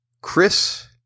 Chris